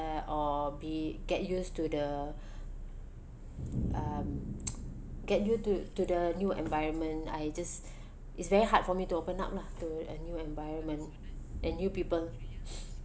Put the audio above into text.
and or be get used to the um get use to to the new environment I just it's very hard for me to open up lah to a new environment and new people